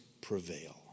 prevail